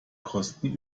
kosten